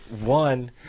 one